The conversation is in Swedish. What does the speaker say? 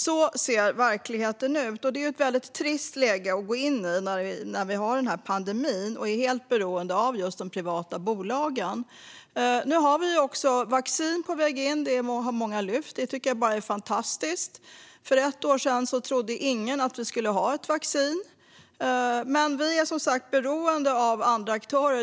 Så ser verkligheten ut, och det är ett väldigt trist läge att gå in i när vi har den här pandemin och är helt beroende av just de privata bolagen. Nu är vaccin på väg in - det har många lyft. Det tycker jag är fantastiskt. För ett år sedan trodde ingen att vi skulle ha ett vaccin. Men vi är som sagt beroende av andra aktörer.